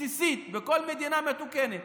בסיסית בכל מדינה מתוקנת.